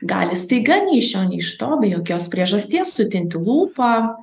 gali staiga nei iš šio nei iš to be jokios priežasties sutinti lūpa